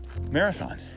Marathon